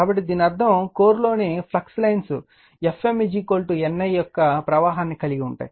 కాబట్టి దీని అర్థం కోర్ లోని flux lines Fm N I యొక్క ప్రవాహాన్ని కలిగి ఉంటాయి